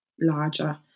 larger